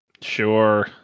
Sure